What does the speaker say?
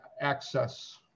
access